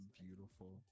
beautiful